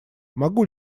могу